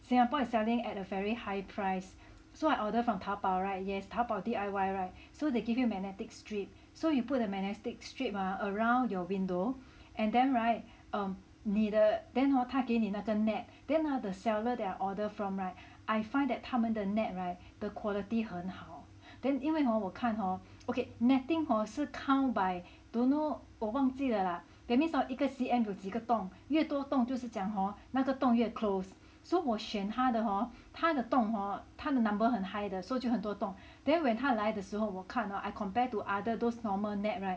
Singapore is selling at a very high price so I order from taobao [right] yes 淘宝 D_I_Y [right] so they give you a magnetic strip so you put a magnetic strip ah around your window and then [right] um 你的 then hor 他给你那个 net then !huh! the seller that I order from [right] I find that 他们的 net [right] the quality 很好 then 因为 hor 我看 hor okay netting hor 是 count by don't know 我忘记了 lah that means hor 一个 centimeters 几个洞越多洞就是讲 hor 那个洞越 close so 我选他的 hor 他的洞 hor 他的 number 很 high 的 so 就很多洞 then when 他来的时候我看 hor I compared to other those normal net [right]